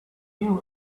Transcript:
you